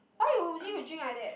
why you you drink like that